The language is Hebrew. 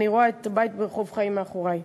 אני רואה את הבית מרחוב חיים מאחורי.